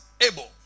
able